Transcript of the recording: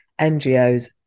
ngos